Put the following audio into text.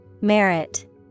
Merit